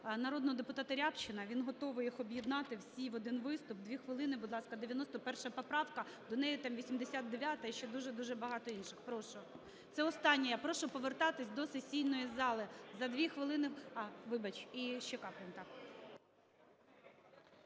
народного депутата Рябчина, він готовий їх об'єднати всі в один виступ. Дві хвилини. Будь ласка, 91 поправка, до неї там 89-а і ще дуже-дуже багато інших. Прошу. Це остання. Я прошу повертатися до сесійної зали. Вибач, ще Каплін,